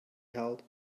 held